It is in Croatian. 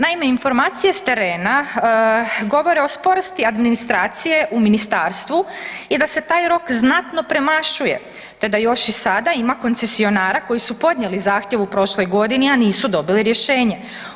Naime, informacije s terena govore o sporosti administracije u ministarstvu i da se taj rok znatno premašuje te da još i sada ima koncesionara koji su podnijeli zahtjev u prošloj godini a nisu dobili rješenje.